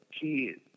kids